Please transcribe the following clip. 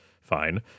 Fine